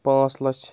پانٛژھ لَچھ